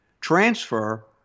transfer